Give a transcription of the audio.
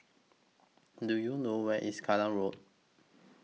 Do YOU know Where IS Kallang Road